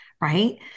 right